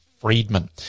Friedman